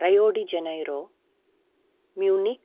Rio de Janeiro Munich